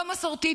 לא מסורתי,